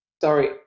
sorry